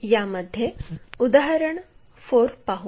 यामध्ये उदाहरण 4 पाहू